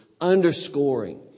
underscoring